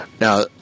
Now